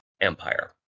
Empire